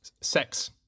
sex